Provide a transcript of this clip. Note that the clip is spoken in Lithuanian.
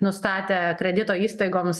nustatę kredito įstaigoms